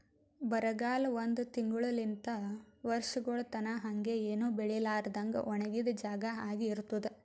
ಬರಗಾಲ ಒಂದ್ ತಿಂಗುಳಲಿಂತ್ ವರ್ಷಗೊಳ್ ತನಾ ಹಂಗೆ ಏನು ಬೆಳಿಲಾರದಂಗ್ ಒಣಗಿದ್ ಜಾಗಾ ಆಗಿ ಇರ್ತುದ್